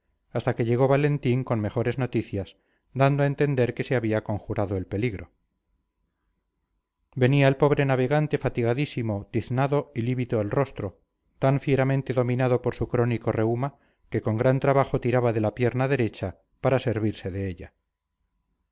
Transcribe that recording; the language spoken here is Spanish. hasta que llegó valentín con mejores noticias dando a entender que se había conjurado el peligro venía el pobre navegante fatigadísimo tiznado y lívido el rostro tan fieramente dominado por su crónico reuma que con gran trabajo tiraba de la pierna derecha para servirse de ella